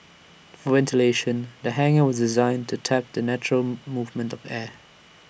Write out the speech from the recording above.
for ventilation the hangar was designed to tap the natural movement of air